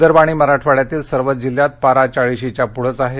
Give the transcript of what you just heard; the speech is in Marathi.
विदर्भ आणि मराठवाङ्यातील सर्वच जिल्ह्यात पारा चाळीशीच्या पुढेच आहे